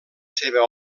seva